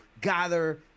gather